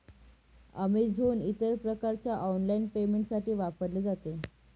Amazon इतर प्रकारच्या online पेमेंटसाठी वापरले जाते